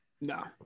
no